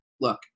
look